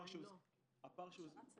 הכשרות סייעות?